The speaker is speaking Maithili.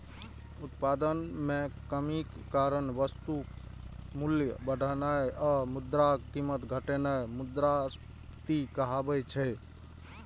उत्पादन मे कमीक कारण वस्तुक मूल्य बढ़नाय आ मुद्राक कीमत घटनाय मुद्रास्फीति कहाबै छै